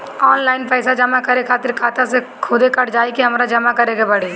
Online पैसा जमा करे खातिर खाता से खुदे कट जाई कि हमरा जमा करें के पड़ी?